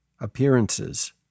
Appearances